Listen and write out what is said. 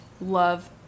love